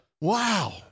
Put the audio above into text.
Wow